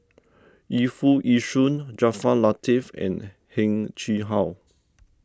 Yu Foo Yee Shoon Jaafar Latiff and Heng Chee How